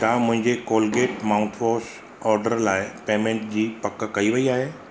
छा मुंहिंजे Colgate mouthwash order लाए पेमेंट जी पक कई वई आहे